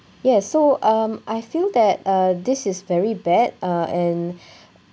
yes so um I feel that uh this is very bad uh and